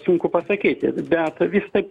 sunku pasakyti bet vis taip